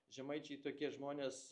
žemaičiai tokie žmonės